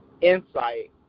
insight